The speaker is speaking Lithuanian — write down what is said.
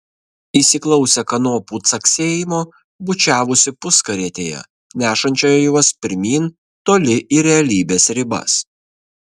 įsiklausę kanopų caksėjimo bučiavosi puskarietėje nešančioje juos pirmyn toli į realybės ribas